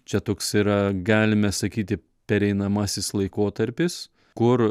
čia toks yra galime sakyti pereinamasis laikotarpis kur